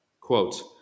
Quote